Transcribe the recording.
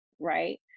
Right